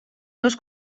meus